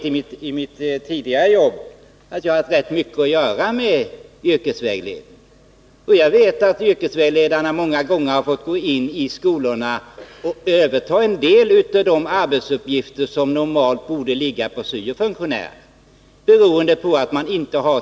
I mitt tidigare arbete hade jag rätt mycket att göra med yrkesvägledning, och jag vet att yrkesvägledarna många gånger har fått gå in i skolorna och överta en del av de arbetsuppgifter som normalt borde ligga på syofunktionärerna.